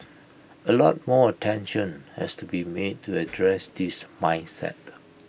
A lot more attention has to be made to address this mindset